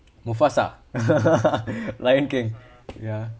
mufasa lion king ya